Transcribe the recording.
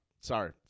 sorry